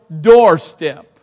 doorstep